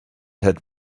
had